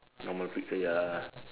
normal picture ya